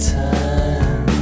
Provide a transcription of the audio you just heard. time